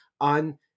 on